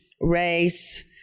race